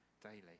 daily